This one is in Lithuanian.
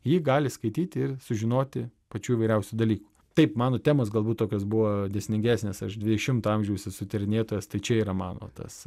jį gali skaityti ir sužinoti pačių įvairiausių dalykų taip mano temos galbūt tokios buvo dėkingesnės aš dvidešimto amžiaus esu tyrinėtojas tai čia yra mano tas